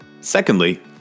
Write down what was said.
Secondly